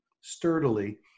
sturdily